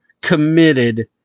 committed